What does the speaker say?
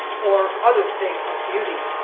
or other thing of beauty,